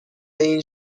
این